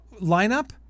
lineup